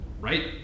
right